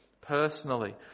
personally